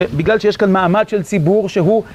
בגלל שיש כאן מעמד של ציבור שהוא...